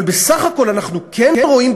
אבל בסך הכול אנחנו כן רואים,